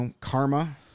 karma